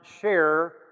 share